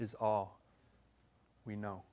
is all we know